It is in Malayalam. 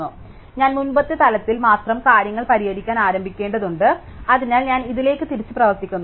അതിനാൽ ഞാൻ മുമ്പത്തെ തലത്തിൽ മാത്രം കാര്യങ്ങൾ പരിഹരിക്കാൻ ആരംഭിക്കേണ്ടതുണ്ട് അതിനാൽ ഞാൻ ഇതിലേക്ക് തിരിച്ച് പ്രവർത്തിക്കുന്നു